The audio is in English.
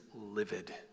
livid